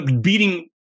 beating